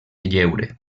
lleure